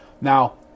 Now